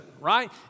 right